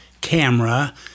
camera